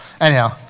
Anyhow